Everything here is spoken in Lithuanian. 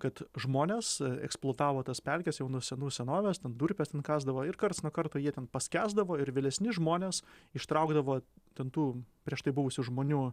kad žmonės eksploatavo tas pelkes jau nuo senų senovės ten durpes kasdavo ir karts nuo karto jie ten paskęsdavo ir vėlesni žmonės ištraukdavo ten tų prieš tai buvusių žmonių